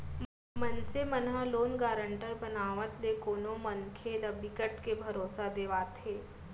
मनसे मन ह लोन गारंटर बनावत ले कोनो मनखे ल बिकट के भरोसा देवाथे